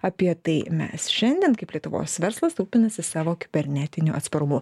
apie tai mes šiandien kaip lietuvos verslas rūpinasi savo kibernetiniu atsparumu